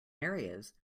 areas